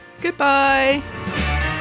Goodbye